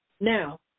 Now